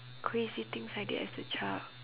crazy things I did as a child